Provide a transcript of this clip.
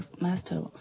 master